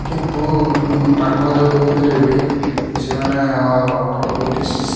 କିନ୍ତୁ ପାଖରେ ହୋଇଥିଲେ ବି ସେମାନେ ଆମର ପୋଲିସ୍